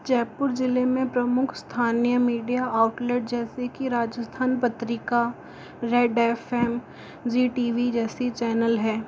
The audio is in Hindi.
जयपुर ज़िले में प्रमुख स्थानीय मीडिया आउटलेट जैसे कि Rajasthan Patrika Red F M Zee T V जैसी चैनल है